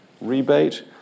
rebate